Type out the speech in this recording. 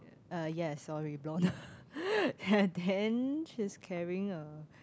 uh yes sorry blond and then she's carrying a